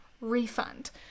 refund